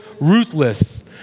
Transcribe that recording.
ruthless